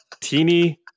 teeny